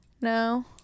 No